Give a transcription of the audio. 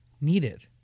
needed